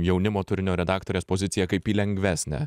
jaunimo turinio redaktorės poziciją kaip į lengvesnę